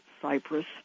Cyprus